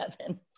seven